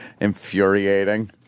Infuriating